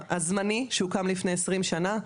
המתקן הזמני שהוקם לפני עשרים שנה,